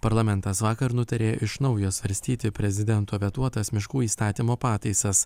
parlamentas vakar nutarė iš naujo svarstyti prezidento vetuotas miškų įstatymo pataisas